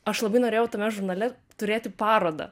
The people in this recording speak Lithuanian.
aš labai norėjau tame žurnale turėti parodą